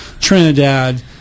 trinidad